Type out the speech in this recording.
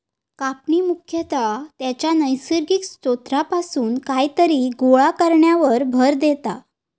कापणी मुख्यतः त्याच्या नैसर्गिक स्त्रोतापासून कायतरी गोळा करण्यावर भर देता